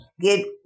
get